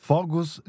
Fogos